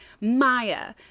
maya